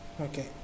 Okay